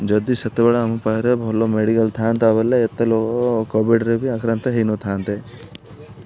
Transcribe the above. ଯଦି ସେତେବେଳେ ଆମ ପାଖରେ ଭଲ ମେଡ଼ିକାଲ୍ ଥାନ୍ତା ବଲେ ଏତେ ଲୋକ କୋଭିଡ଼୍ରେ ବି ଆକ୍ରାନ୍ତ ହୋଇନଥାନ୍ତେ